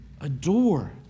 adore